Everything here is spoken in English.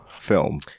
film